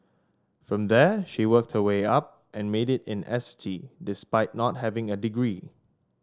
from there she worked her way up and made it in S T despite not having a degree